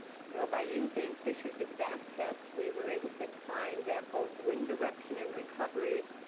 so by using fisher's exact test we were able to find that both wind direction and recoveries,